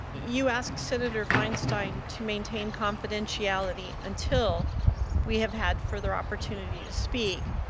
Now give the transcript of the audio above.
you asked senator feinstein to maintain confidentiality until we have had further opportunities to speak.